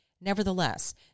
Nevertheless